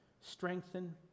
strengthen